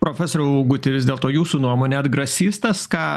profesoriau auguti vis dėlto jūsų nuomone atgrasys tas ką